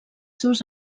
seus